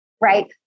right